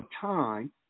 time